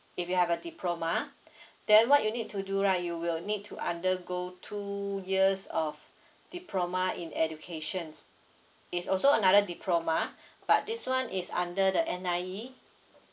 if you have a diploma then what you need to do right you will need to undergo two years of diploma in educations is also another diploma but this [one] is under the N_I_E